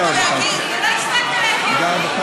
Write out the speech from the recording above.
אני פעם בשבוע בחיפה, לא שלוש פעמים בשנה.